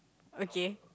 okay